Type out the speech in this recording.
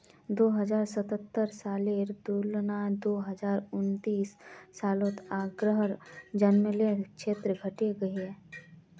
दो हज़ार सतरह सालेर तुलनात दो हज़ार उन्नीस सालोत आग्रार जन्ग्लेर क्षेत्र घटे गहिये